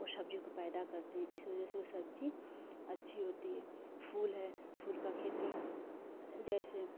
वह सब्ज़ी को पैदा करते हैं इसी वजह से वह सब्ज़ी अच्छी होती है फूल है फूल की खेती जैेसे